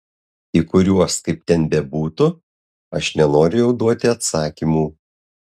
į kuriuos kaip ten bebūtų aš nenoriu jau duoti atsakymų